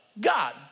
God